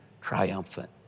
triumphant